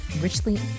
richly